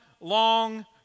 long